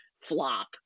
flop